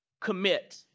commit